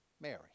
Mary